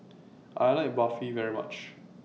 I like Barfi very much